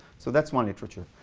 so that's one literature.